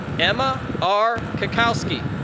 emma r. kakowski.